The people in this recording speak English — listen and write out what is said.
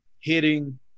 hitting